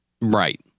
Right